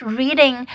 reading